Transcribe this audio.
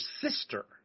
sister